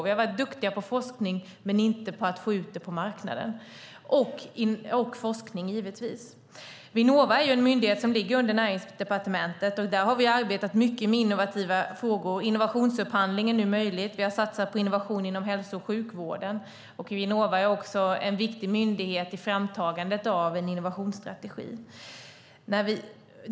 Vi har varit duktiga på forskning, men inte på att få ut det på marknaden. Det handlar givetvis också om forskning. Vinnova är en myndighet som ligger under Näringsdepartementet. Där har vi arbetat mycket med innovationsfrågor. Innovationsupphandling är nu möjlig. Vi har satsat på innovation inom hälso och sjukvården. Vinnova är också en viktig myndighet i framtagandet av en innovationsstrategi.